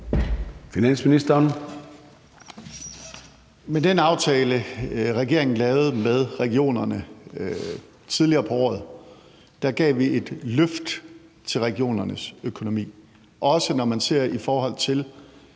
Wammen): Med den aftale, regeringen lavede med regionerne tidligere på året, gav vi et løft til regionernes økonomi, også set i forhold til